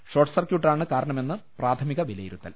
short സർക്യൂട്ടാണ് കാരണമെന്ന് പ്രാഥ മിക വിലയിരുത്തൽ